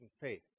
faith